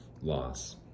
loss